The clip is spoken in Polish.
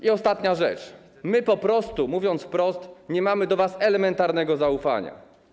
I ostatnia rzecz: my po prostu, mówię wprost, nie mamy do was elementarnego zaufania.